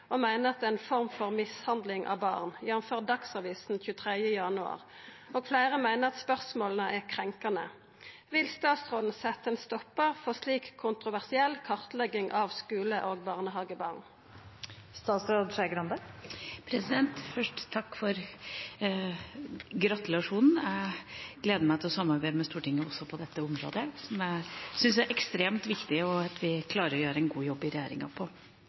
og mener det er «en form for mishandling av barn», jf. Dagsavisen 23. januar, og flere mener spørsmålene er krenkende. Vil statsråden sette en stopper for slik kontroversiell kartlegging av skole- og barnehagebarn?» Først, takk for gratulasjonen. Jeg gleder meg til å samarbeide med Stortinget også på dette området, som jeg syns det er ekstremt viktig at vi i regjeringa klarer å gjøre en god jobb på. Undersøkelsen fra Høgskolen i